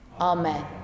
AMEN